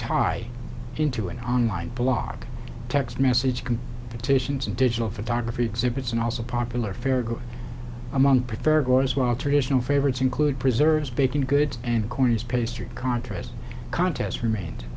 tie into an online blog text message can petitions and digital photography exhibits and also popular fair go among preferred was well traditional favorites include preserves baking goods and corners pastry contras contests remained